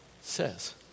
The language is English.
says